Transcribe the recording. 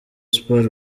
sport